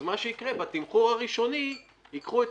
אז מה שיקרה זה שבתמחור הראשוני ייקחו את